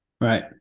Right